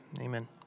amen